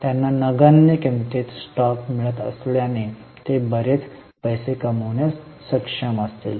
त्यांना नगण्य किंमतीत स्टॉक मिळत असल्याने ते बरेच पैसे कमविण्यास सक्षम असतील